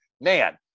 man